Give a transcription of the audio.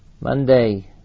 Monday